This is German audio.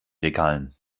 regalen